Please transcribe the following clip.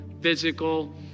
physical